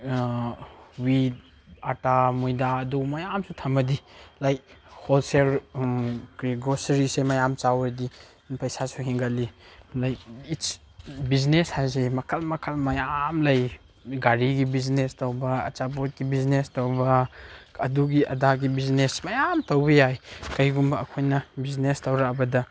with ꯑꯥꯇꯥ ꯃꯣꯏꯗꯥ ꯑꯗꯨ ꯃꯌꯥꯝꯁꯨ ꯊꯝꯃꯗꯤ ꯂꯥꯏꯛ ꯍꯣꯜ ꯁꯦꯜ ꯀꯔꯤ ꯒ꯭ꯔꯣꯁꯔꯤꯁꯦ ꯃꯌꯥꯝ ꯆꯥꯎꯔꯗꯤ ꯄꯩꯁꯥꯁꯨ ꯍꯦꯟꯒꯠꯂꯤ ꯂꯥꯏꯛ ꯏꯠꯁ ꯕꯤꯖꯤꯅꯦꯁ ꯍꯥꯏꯕꯁꯦ ꯃꯈꯜ ꯃꯈꯜ ꯃꯌꯥꯝ ꯂꯩ ꯒꯥꯔꯤꯒꯤ ꯕꯤꯖꯤꯅꯦꯁ ꯇꯧꯕ ꯑꯆꯥꯄꯣꯠꯀꯤ ꯕꯤꯖꯤꯅꯦꯁ ꯇꯧꯕ ꯑꯗꯨꯒꯤ ꯑꯗꯥꯒꯤ ꯕꯤꯖꯤꯅꯦꯁ ꯃꯌꯥꯝ ꯇꯧꯕ ꯌꯥꯏ ꯀꯔꯤꯒꯨꯝꯕ ꯑꯩꯈꯣꯏꯅ ꯕꯤꯖꯤꯅꯦꯁ ꯇꯧꯔꯛꯑꯕꯗ